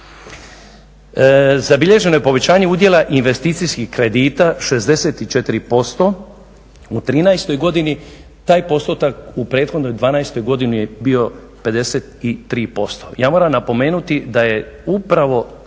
Zabilježeno je povećanje udjela investicijskih kredita 64% u '13. godini, taj postupak u prethodnoj '12. godini bio 53%. Ja moram napomenuti da je upravo